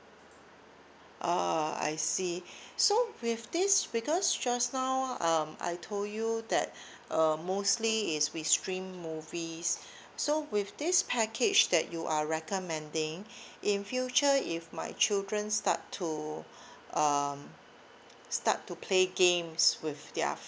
ah I see so with this because just now um I told you that uh mostly is we stream movies so with this package that you are recommending in future if my children start to um start to play games with their